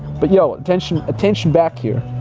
but yo, attention attention back here,